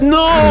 no